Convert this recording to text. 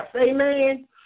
amen